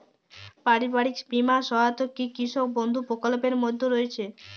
পারিবারিক বীমা সহায়তা কি কৃষক বন্ধু প্রকল্পের মধ্যে রয়েছে?